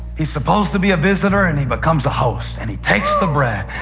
he's supposed to be a visitor and he becomes a host, and he takes the bread.